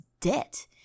debt